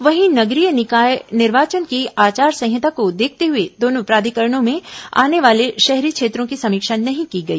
वहीं नगरीय निकाय निर्वाचन की आचार संहिता को देखते हुए दोनों प्राधिकरणों में आने वाले शहरी क्षेत्रों की समीक्षा नही की गई